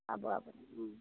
পাব আপুনি